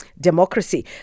democracy